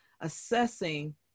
assessing